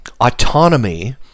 autonomy